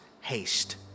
haste